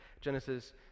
Genesis